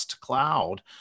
Cloud